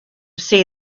see